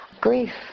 grief